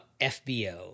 FBO